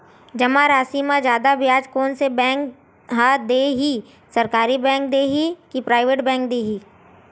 जमा राशि म जादा ब्याज कोन से बैंक ह दे ही, सरकारी बैंक दे हि कि प्राइवेट बैंक देहि?